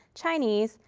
chinese,